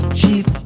cheap